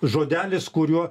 žodelis kuriuo